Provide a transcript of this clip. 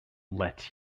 let